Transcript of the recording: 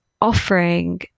offering